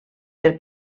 per